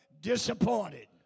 disappointed